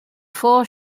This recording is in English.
four